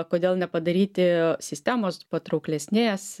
kodėl nepadaryti sistemos patrauklesnės